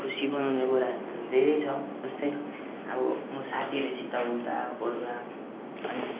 खुसी मनाउँने कुराहरू त धेरै छ जस्तै अब म साथीहरूसित हुँदा बोल्दा अनि